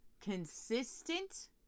consistent